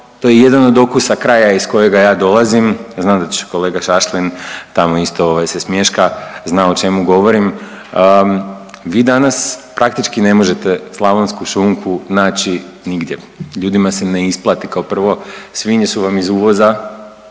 To je jedan od okusa kraja iz kojega ja dolazim. Znam da će kolega Šašlin tamo isto se smješka zna o čemu govorim. Vi danas praktički ne možete slavonsku šunku naći nigdje. Ljudima se ne isplati kao prvo svinje su vam iz uvoza,